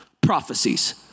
prophecies